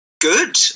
good